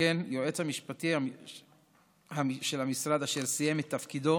שכן יועמ"ש המשרד, אשר סיים את תפקידו,